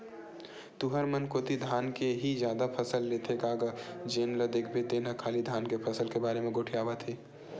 तुंहर मन कोती धान के ही जादा फसल लेथे का गा जेन ल देखबे तेन ह खाली धान के फसल के बारे म गोठियावत हे?